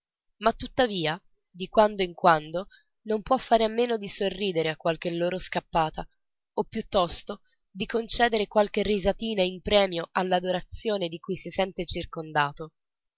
ma tuttavia di quando in quando non può fare a meno di sorridere a qualche loro scappata o piuttosto di concedere qualche risatina in premio all'adorazione di cui si sente circondato